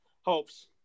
hopes